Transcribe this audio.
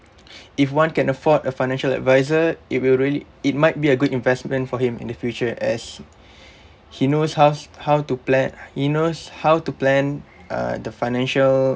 if one can afford a financial advisor it will really it might be a good investment for him in the future as he knows hows how to plan he knows how to plan uh the financial